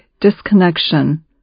disconnection